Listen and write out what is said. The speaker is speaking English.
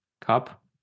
cup